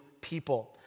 people